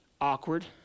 awkward